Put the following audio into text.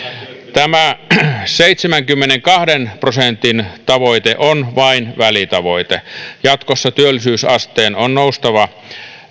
tämä seitsemänkymmenenkahden prosentin tavoite on vain välitavoite jatkossa työllisyysasteen on noustava